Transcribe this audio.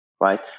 right